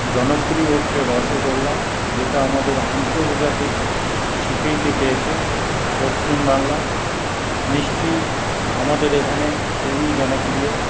জনপ্রিয় হচ্ছে রসগোল্লা যেটা আমাদের আন্তর্জাতিক স্বীকৃতি পেয়েছে পশ্চিমবাংলা মিষ্টি আমাদের এইখানে খুবই জনপ্রিয়